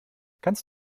kannst